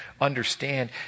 understand